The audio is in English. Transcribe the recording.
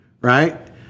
right